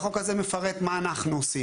החוק הזה מפרט מה אנחנו עושים.